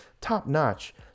top-notch